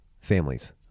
families